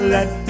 Let